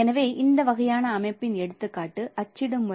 எனவே இந்த வகையான அமைப்பின் எடுத்துக்காட்டு அச்சிடும் முறை